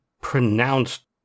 pronounced